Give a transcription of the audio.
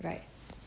right